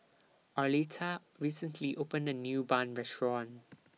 Arletta recently opened A New Bun Restaurant